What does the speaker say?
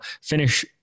finish